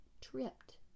tripped